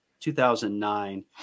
2009